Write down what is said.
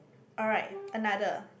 alright another